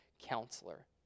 counselor